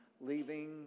leaving